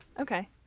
Okay